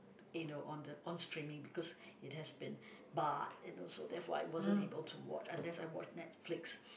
you know on the on streaming because it has been barred and also therefore I wasn't able to watch unless I watch Netflix